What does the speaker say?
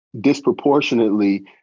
disproportionately